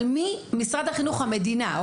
על מי משרד החינוך המדינה,